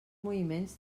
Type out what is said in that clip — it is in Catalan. moviments